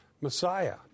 Messiah